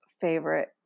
favorite